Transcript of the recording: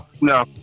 No